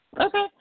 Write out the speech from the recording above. Okay